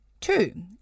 Two